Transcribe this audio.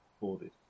boarded